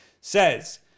Says